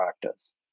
practice